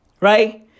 Right